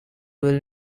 will